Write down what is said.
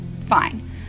fine